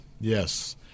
Yes